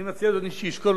אני מציע לאדוני שישקול.